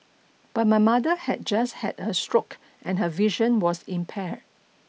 but my mother had just had a stroke and her vision was impaired